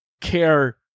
care